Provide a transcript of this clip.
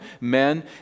men